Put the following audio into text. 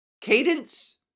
Cadence